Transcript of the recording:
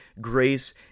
grace